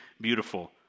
beautiful